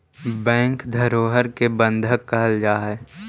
bank धरोहर के बंधक कहल जा हइ